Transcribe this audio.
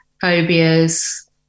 phobias